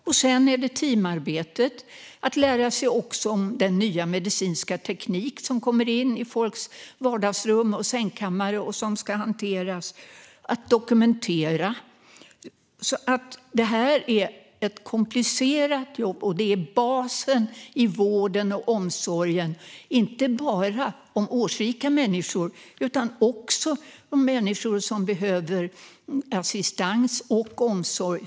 Och sedan är det teamarbetet och att lära sig om den nya medicinska teknik som kommer in i folks vardagsrum och sängkammare och ska hanteras. Och det handlar om att dokumentera. Detta är alltså ett komplicerat jobb, och det är basen i vården och omsorgen, inte bara om årsrika människor utan också om människor som behöver assistans och omsorg.